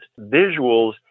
visuals